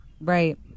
Right